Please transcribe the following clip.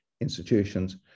institutions